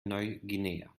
neuguinea